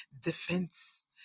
defense